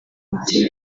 mutima